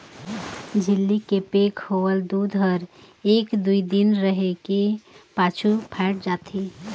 झिल्ली के पैक होवल दूद हर एक दुइ दिन रहें के पाछू फ़ायट जाथे